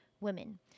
women